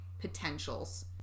potentials